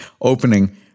opening